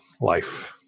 Life